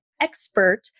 expert